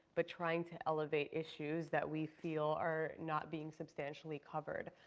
but trying to elevate issues that we feel are not being substantially covered.